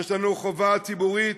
יש לנו חובה ציבורית